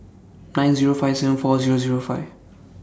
nine Zero five seven four Zero Zero five